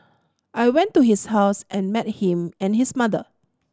I went to his house and met him and his mother